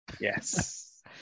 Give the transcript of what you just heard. Yes